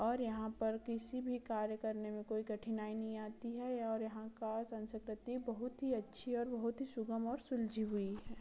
और यहाँ पर किसी भी कार्य करने में कोई कठिनाई नहीं आती है और यहाँ का संस्कृति बहुत ही अच्छी और बहुत ही सुगम और सुलझी हुई है